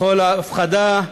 מחול ההפחדה.